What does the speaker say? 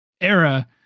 era